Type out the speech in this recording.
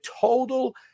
total